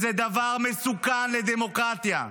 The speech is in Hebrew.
זה דבר מסוכן לדמוקרטיה.